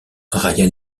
ryan